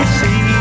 see